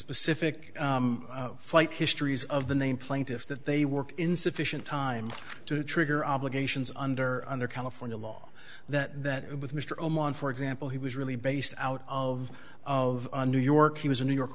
specific flight histories of the name plaintiffs that they were insufficient time to trigger obligations under under california law that that with mr oman for example he was really based out of of new york he was a new york